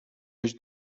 być